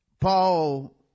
Paul